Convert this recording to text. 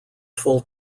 full